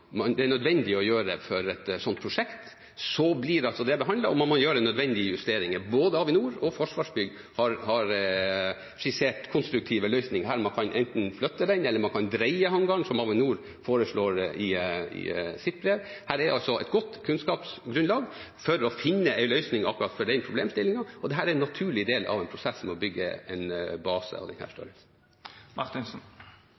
det er nødvendig å gjøre for et sånt prosjekt. Så blir det behandlet, og man må gjøre nødvendige justeringer. Både Avinor og Forsvarsbygg har skissert konstruktive løsninger her. Man kan enten flytte den, eller man kan dreie hangaren, som Avinor foreslår i sitt brev. Her er det altså et godt kunnskapsgrunnlag for å finne en løsning akkurat for den problemstillingen, og dette er en naturlig del av en prosess når man bygger en base av denne størrelsen. Takk for svaret. Da velger jeg å legge til grunn at den